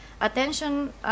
attention